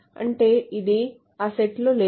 అంటే ఇది ఆ సెట్లో లేదు